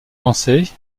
lancées